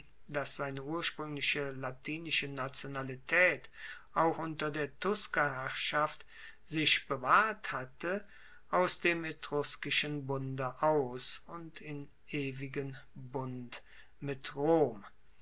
das seine urspruengliche latinische nationalitaet auch unter der tuskerherrschaft sich bewahrt hatte aus dem etruskischen bunde aus und in ewigen bund mit rom